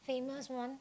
famous one